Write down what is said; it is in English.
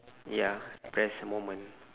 ya impressed moment